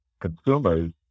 consumers